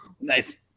nice